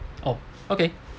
oh okay